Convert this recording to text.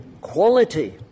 quality